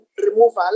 removal